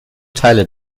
teile